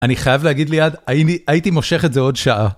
אני חייב להגיד ליד, הייתי מושך את זה עוד שעה.